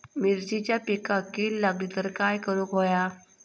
मिरचीच्या पिकांक कीड लागली तर काय करुक होया?